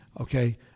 Okay